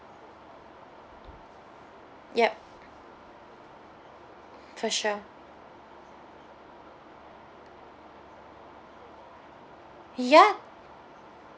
ya for sure ya